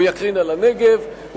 הוא יקרין על הנגב,